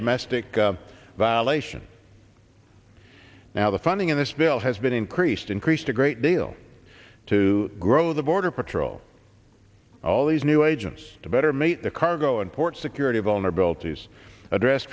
domestic violation now the funding in this bill has been increased increased a great deal to grow the border patrol all these new agents to better meet the cargo and port security vulnerabilities address